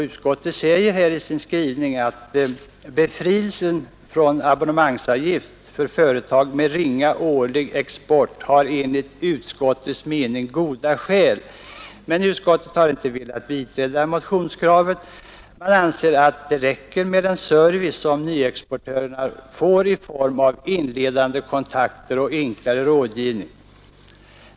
Utskottet framhåller i sin skrivning att det för yrkandet om befrielse från abonnemang för företag med ringa årlig export har 155 anförts goda skäl. Utskottet har emellertid inte velat biträda motionskravet. Man anser att det räcker med den service som nyexportörer får i form av inledande kontakter och enklare rådgivning.